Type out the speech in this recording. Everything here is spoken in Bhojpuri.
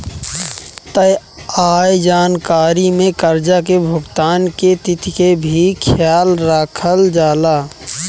तय आय जानकारी में कर्जा के भुगतान के तिथि के भी ख्याल रखल जाला